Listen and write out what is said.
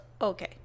okay